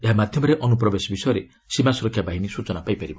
ଏହା ମାଧ୍ୟମରେ ଅନୁପ୍ରବେଶ ବିଷୟରେ ସୀମା ସ୍ୱରକ୍ଷା ବାହିନୀ ସ୍ୱଚନା ପାଇପାରିବ